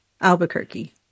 Albuquerque